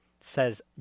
says